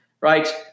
right